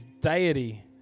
deity